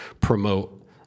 promote